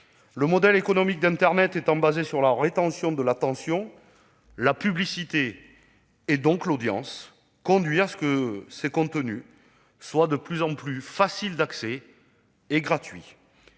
Le modèle économique d'internet étant basé sur la rétention de l'attention, la publicité, donc l'audience, conduit à ce que ces contenus soient de plus en plus faciles d'accès et gratuits.